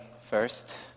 first